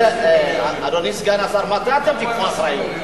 אדוני סגן השר, מתי תיקחו אחריות?